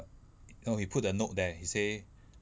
no he put the note there he say